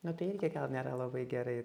na tai irgi gal nėra labai gerai